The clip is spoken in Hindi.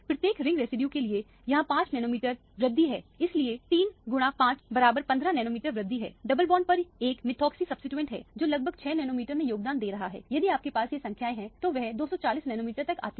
प्रत्येक रिंग रेसिड्यूल्स के लिए यह 5 नैनोमीटर वेतन वृद्धि है इसलिए 3x515 नैनोमीटर वृद्धि है डबल बॉन्डपर एक मेथॉक्सी प्रतिस्थापन है जो लगभग 6 नैनोमीटर में योगदान दे रहा है यदि आपके पास ये संख्याएँ है तो वह 240 नैनोमीटर तक आती हैं